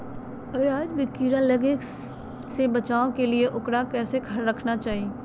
अनाज में कीड़ा लगे से बचावे के लिए, उकरा कैसे रखना चाही?